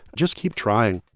just keep trying